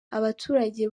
abaturage